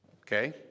Okay